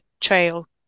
trail